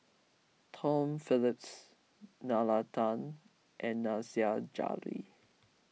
Tom Phillips Nalla Tan and Nasir Jalil